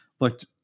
looked